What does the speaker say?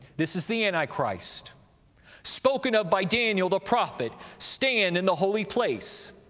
this is the antichrist, spoken of by daniel the prophet, stand in the holy place,